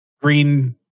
green